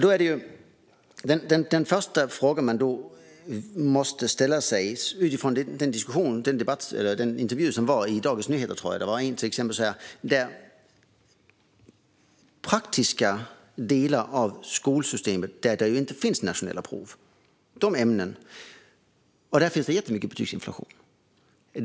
Då är det en fråga man måste ställa sig utifrån den intervjun, som jag tror var i Dagens Nyheter. Det finns praktiska ämnen i skolsystemet, där det inte finns nationella prov. Där finns det jättemycket betygsinflation.